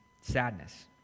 sadness